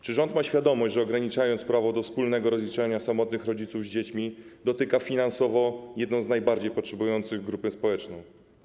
Czy rząd ma świadomość, że ograniczając prawo do wspólnego rozliczania samotnych rodziców z dziećmi, dotyka finansowo jedną z najbardziej potrzebujących grup społecznych?